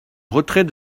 retrait